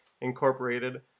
Incorporated